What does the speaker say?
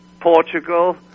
Portugal